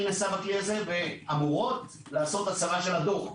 הן אמורות לעשות הסרה של הדוח.